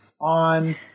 on –